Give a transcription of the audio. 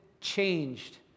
changed